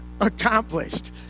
accomplished